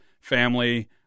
family